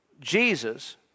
Jesus